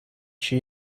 she